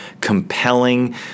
compelling